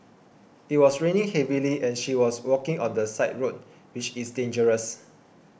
it was raining heavily and she was walking on the side road which is dangerous